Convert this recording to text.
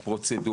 פרוצדורות.